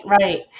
right